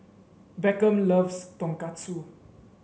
Beckham loves Tonkatsu